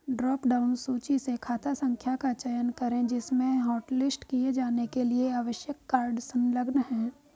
drop down सूची से खाता संख्या का चयन करें जिसमें हॉटलिस्ट किए जाने के लिए आवश्यक कार्ड संलग्न है